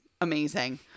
amazing